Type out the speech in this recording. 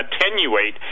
attenuate